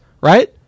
right